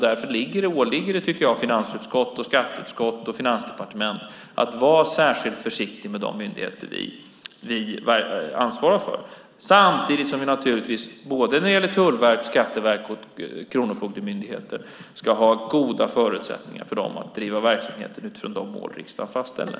Därför tycker jag att det åligger finansutskottet, skatteutskottet och Finansdepartementet att vara särskilt försiktiga med de myndigheter vi ansvarar för, samtidigt som vi naturligtvis både när det gäller Tullverket, Skatteverket och Kronofogdemyndigheten ska ge goda förutsättningar att driva verksamheterna utifrån de mål riksdagen fastställer.